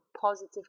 positive